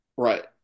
Right